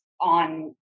on